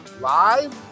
live